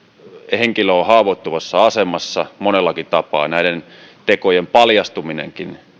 henkilö on haavoittuvassa asemassa monellakin tapaa näiden tekojen paljastuminenkin